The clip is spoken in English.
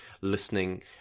listening